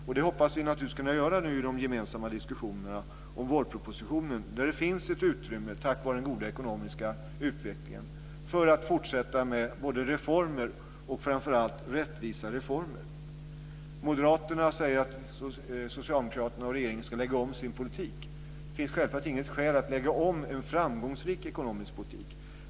Vi hoppas nu kunna göra det i de gemensamma diskussionerna om vårpropositionen. Det finns tack vare den goda ekonomiska utvecklingen ett utrymme för att fortsätta med reformer, framför allt rättvisa sådana. Moderaterna säger att socialdemokraterna och regeringen ska lägga om sin politik. Det finns självfallet inget skäl att lägga om en framgångsrik ekonomisk politik.